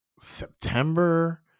September